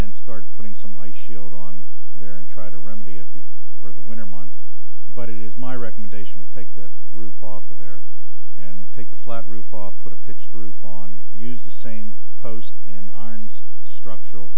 then start putting some ice shield on there and try to remedy it beef for the winter months but it is my recommendation we take that roof off of there and take the flat roof off put a pitched roof on use the same post and iron structural